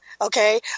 okay